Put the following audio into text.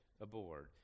aboard